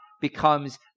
becomes